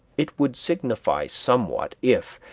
it would signify somewhat, if,